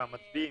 הישיבה